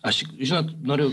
aš žinot noriu